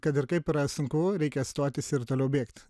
kad ir kaip yra sunku reikia stotis ir toliau bėgti